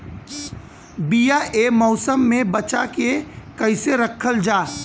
बीया ए मौसम में बचा के कइसे रखल जा?